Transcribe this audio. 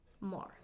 more